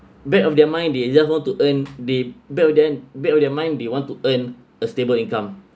back of their mind they want to earn they build them build their mind they want to earn a stable income